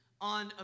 on